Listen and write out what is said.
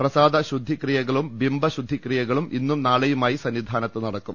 പ്രാസാദ ശുദ്ധിക്രിയകളും ബിംബ ശുദ്ധി ക്രിയകളും ഇന്നും നാളെയുമായി സന്നിധാനത്ത് നടക്കും